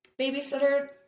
babysitter